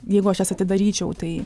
jeigu aš jas atidaryčiau tai